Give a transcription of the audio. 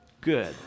good